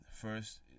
First